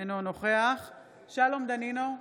אינו נוכח שלום דנינו,